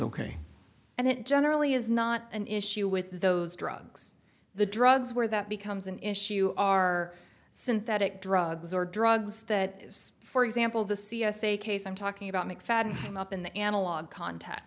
ok and it generally is not an issue with those drugs the drugs where that becomes an issue are synthetic drugs or drugs that for example the c s a case i'm talking about mcfadden up in the analog contact